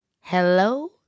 Hello